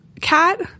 cat